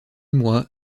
moi